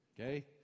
Okay